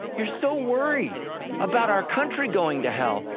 you're so worried about our country going to hell,